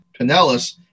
Pinellas